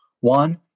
One